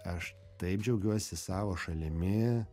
aš taip džiaugiuosi savo šalimi